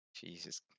Jesus